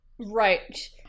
Right